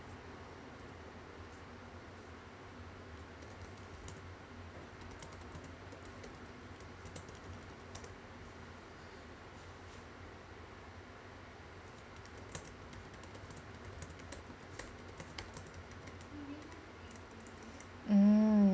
mm